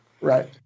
right